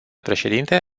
președinte